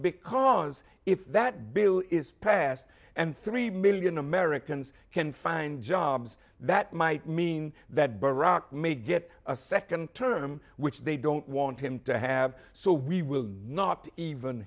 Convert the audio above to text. because if that bill is passed and three million americans can find jobs that might mean that barack may get a second term which they don't want him to have so we will not even